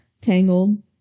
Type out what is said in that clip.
Tangled